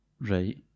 Right